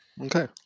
okay